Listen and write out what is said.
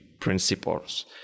principles